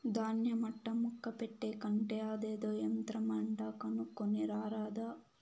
దాన్య మట్టా ముక్క పెట్టే కంటే అదేదో యంత్రమంట కొనుక్కోని రారాదా